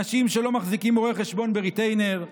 אנשים שלא מחזיקים רואה חשבון בריטיינר,